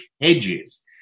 hedges